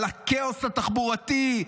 הכאוס התחבורתי,